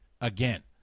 again